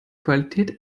qualität